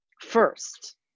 first